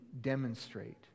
demonstrate